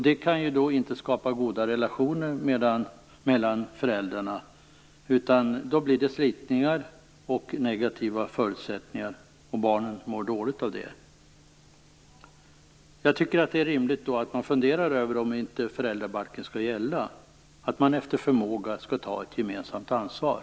Det kan inte skapa goda relationer mellan föräldrarna, utan det blir slitningar och negativa förutsättningar. Barnen mår dåligt av det. Jag tycker att det är rimligt att man funderar över om inte föräldrabalken skall gälla, att föräldrarna efter förmåga skall ta ett gemensamt ansvar.